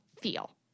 feel